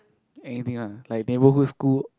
anything ah like neighbourhood school